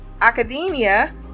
Academia